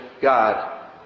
God